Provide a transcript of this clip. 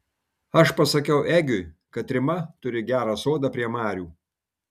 aš pasakiau egiui kad rima turi gerą sodą prie marių